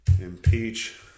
Impeach